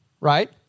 right